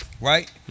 Right